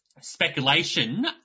speculation